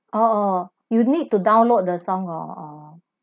oh oh you need to download the song oh or